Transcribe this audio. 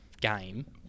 game